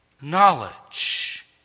knowledge